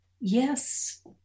Yes